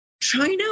China